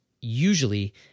usually